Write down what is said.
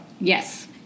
yes